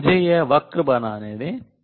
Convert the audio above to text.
तो मुझे यह वक्र बनाने दें